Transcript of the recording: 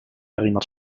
erinnert